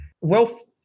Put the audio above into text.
wealth